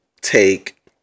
take